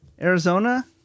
Arizona